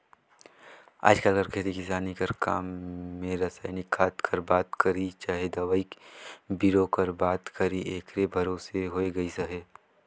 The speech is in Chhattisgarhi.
आएज काएल कर खेती किसानी कर काम में रसइनिक खाद कर बात करी चहे दवई बीरो कर बात करी एकरे भरोसे होए गइस अहे